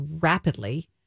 rapidly